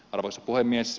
arvoisa puhemies